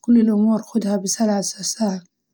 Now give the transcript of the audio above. كل الأمور خدها بسلاسة.